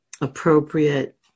appropriate